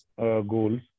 goals